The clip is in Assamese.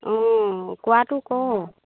অঁ কোৱাটো কওঁ